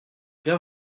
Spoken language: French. bien